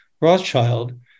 Rothschild